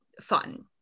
fun